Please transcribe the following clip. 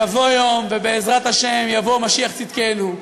יבוא יום ובעזרת השם יבוא משיח צדקנו,